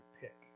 pick